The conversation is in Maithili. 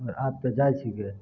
आओर आब तऽ जाइ छीकै